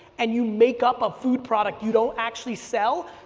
and you make up a food product you don't actually sell,